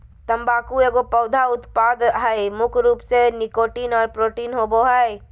तम्बाकू एगो पौधा उत्पाद हइ मुख्य रूप से निकोटीन और प्रोटीन होबो हइ